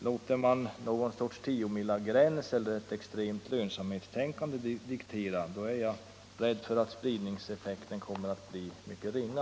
Låter man någon sorts tiomilagräns eller extremt lönsamhetstänkande diktera är jag rädd för att spridningseffekten kommer att bli mycket ringa.